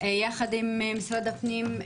יחד עם משרד הפנים,